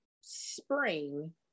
spring